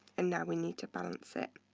and now we need to balance it.